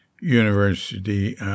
university